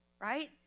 right